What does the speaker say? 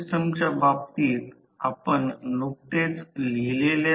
आम्ही व्युत्पन्न देखील पाहिले आहे